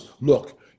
look